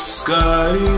sky